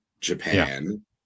Japan